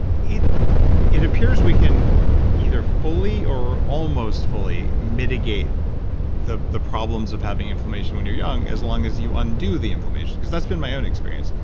it it appears we can either fully or almost fully mitigate the the problems of having inflammation when you're young as long as you undo the inflammation. cause that's been my own experience,